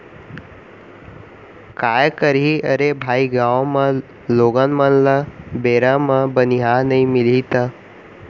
काय करही अरे भाई गॉंव म लोगन मन ल बेरा म बनिहार नइ मिलही त